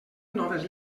noves